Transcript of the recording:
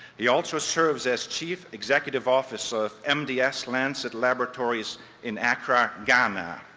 he also serves as chief executive officer of mds-lancet laboratories in accra, ghana.